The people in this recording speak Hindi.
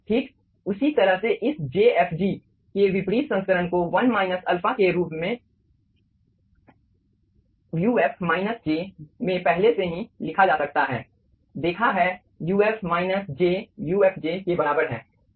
ठीक उसी तरह से इस jfg के विपरीत संस्करण को 1 माइनस अल्फा के रूप में uf माइनस j में पहले से ही लिखा जा सकता है देखा है uf माइनस j ufj के बराबर है